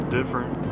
Different